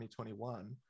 2021